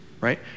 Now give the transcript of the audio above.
right